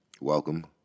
Welcome